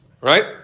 Right